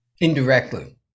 Indirectly